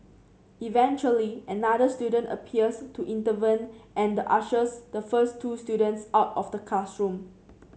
eventually another student appears to intervene and ushers the first two students out of the classroom